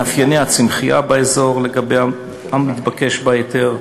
מאפייני הצמחייה באזור שלגביו מתבקש ההיתר,